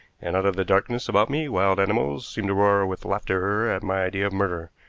and out of the darkness about me wild animals seem to roar with laughter at my idea of murder.